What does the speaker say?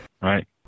Right